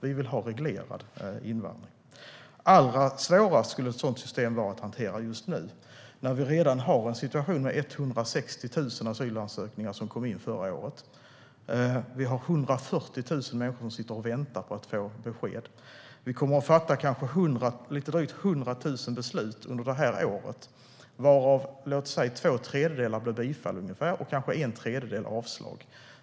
Vi vill ha reglerad invandring. Allra svårast skulle ett sådant system vara att hantera just nu. Vi har redan en situation med 160 000 asylansökningar som kom in förra året. 140 000 människor sitter och väntar på besked. Det kommer att fattas lite drygt 100 000 beslut under det här året, varav låt säga två tredjedelar kommer att bli bifall och kanske en tredjedel avslag.